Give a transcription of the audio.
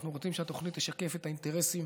אנחנו רוצים שהתוכנית תשקף את האינטרסים